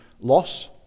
loss